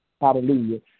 Hallelujah